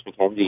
McKenzie